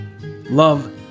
Love